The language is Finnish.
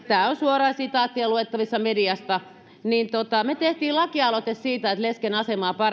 tämä on suora sitaatti ja luettavissa mediasta me teimme lakialoitteen siitä että lesken asemaa